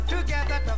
together